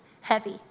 heavy